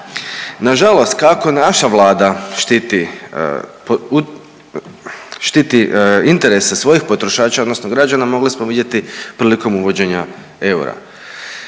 .../nerazumljivo/... štiti interese svojih potrošača odnosno građana, mogli smo vidjeti prilikom uvođenja eura.